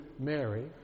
Mary